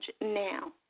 now